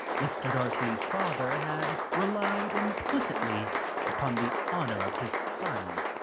mr. darcy's father had relied implicitly upon the honour of his son.